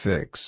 Fix